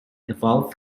evolved